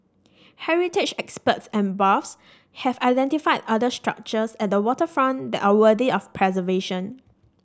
heritage experts and buffs have identified other structures at the waterfront that are worthy of preservation